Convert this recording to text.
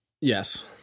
Yes